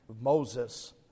Moses